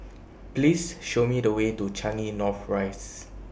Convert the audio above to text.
Please Show Me The Way to Changi North Rise